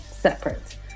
separate